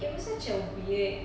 it was such a weird